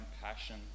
passion